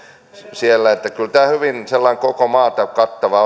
siellä eli kyllä tämä hallituksen esitys on hyvin sellainen koko maata kattava